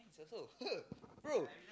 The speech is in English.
bro